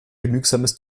genügsames